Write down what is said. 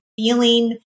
feeling